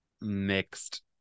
mixed